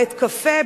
בית-קפה,